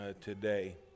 today